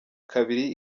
kabiri